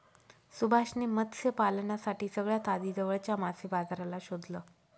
सुभाष ने मत्स्य पालनासाठी सगळ्यात आधी जवळच्या मासे बाजाराला शोधलं